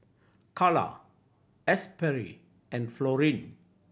Kala Asberry and Florine